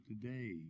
today